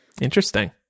Interesting